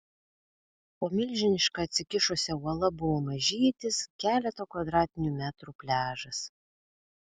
po milžiniška atsikišusia uola buvo mažytis keleto kvadratinių metrų pliažas